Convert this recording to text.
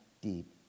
deep